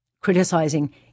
criticizing